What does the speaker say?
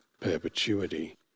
perpetuity